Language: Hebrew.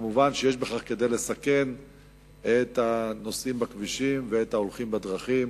מובן שיש בכך כדי לסכן את הנוסעים בכבישים ואת ההולכים בדרכים.